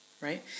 right